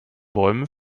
bäumen